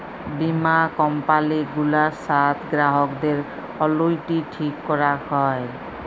বীমা কম্পালি গুলার সাথ গ্রাহকদের অলুইটি ঠিক ক্যরাক হ্যয়